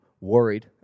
worried